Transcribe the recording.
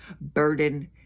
burden